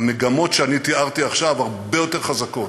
המגמות שאני תיארתי עכשיו הרבה יותר חזקות,